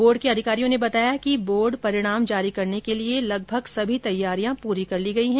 board के अधिकारियों ने बताया कि बोर्ड परिणाम जारी करने के लिए लगभग सभी तैयारियां पूरी कर ली गई है